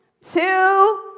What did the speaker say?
two